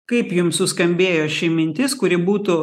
kaip jums suskambėjo ši mintis kuri būtų